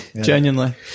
genuinely